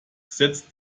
setzt